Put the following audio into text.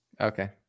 Okay